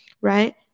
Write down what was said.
right